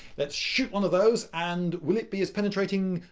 let's shoot one of those and will it be as penetrating?